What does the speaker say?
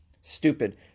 Stupid